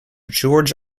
george